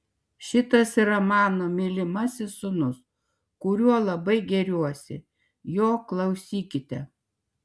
šitas yra mano mylimasis sūnus kuriuo labai gėriuosi jo klausykite